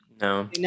No